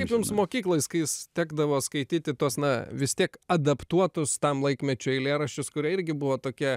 kaip mums mokykloj skai kai tekdavo skaityti tuos na vis tiek adaptuotus tam laikmečiui eilėraščius kurie irgi buvo tokie